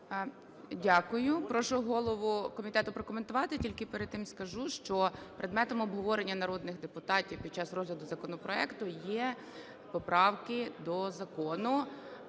Дякую. Прошу голову комітету прокоментувати. Тільки перед тим скажу, що предметом обговорення народних депутатів під час розгляду законопроекту є поправки до закону,